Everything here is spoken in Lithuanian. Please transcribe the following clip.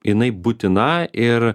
jinai būtina ir